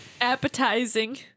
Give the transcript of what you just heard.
appetizing